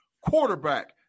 quarterback